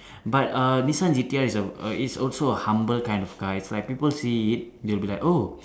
but uh Nissan G_T_R is uh is also a humble kind of car it's like people see it they will be like oh